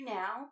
now